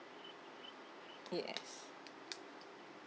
yes